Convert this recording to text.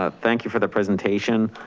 ah thank you for the presentation.